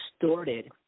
distorted